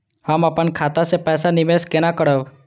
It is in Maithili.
हम अपन खाता से पैसा निवेश केना करब?